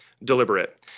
deliberate